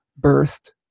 birthed